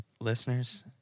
Listeners